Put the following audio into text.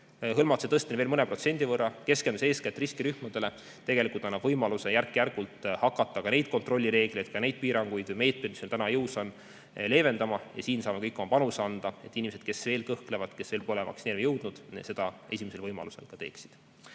Hõlmatuse tõstmine veel mõne protsendi võrra, keskendudes eeskätt riskirühmadele, tegelikult annab võimaluse järk-järgult hakata neid kontrollireegleid, ka neid piiranguid ja meetmeid, mis meil täna jõus on, leevendama. Siin saame kõik oma panuse anda, et inimesed, kes veel kõhklevad, kes veel pole vaktsineerima jõudnud, seda esimesel võimalusel teeksid.